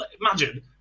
Imagine